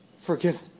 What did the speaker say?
forgiven